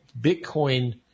Bitcoin